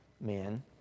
men